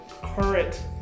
current